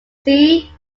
see